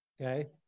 okay